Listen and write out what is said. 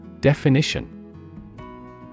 Definition